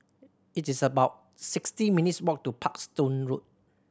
it is about sixty minutes' walk to Parkstone Road